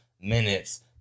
minutes